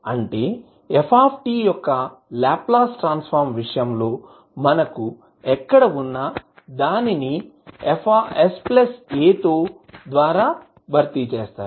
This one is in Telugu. అంటే f యొక్క లాప్లాస్ ట్రాన్స్ ఫార్మ్ విషయంలో మనకు ఎక్కడ ఉన్నా దాన్ని s a ద్వారా భర్తీ చేస్తారు